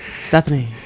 Stephanie